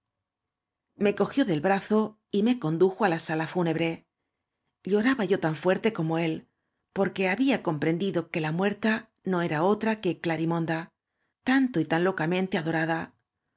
me cogió de brazo y mo condujo á la sala fúnebre lloraba yo tan fuerte como é l porque hama comprendido que la muerta uo era otra que glarimonda tanto y tan locamente adorada